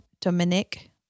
Dominic